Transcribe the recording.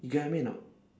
you get what I mean or not